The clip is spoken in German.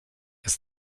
ist